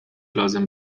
لازم